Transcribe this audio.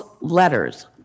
letters